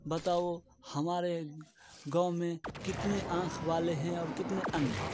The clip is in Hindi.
बताओ हमारे गाँव में कितने आँख वाले हैं और कितने अंधे